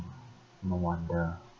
no wonder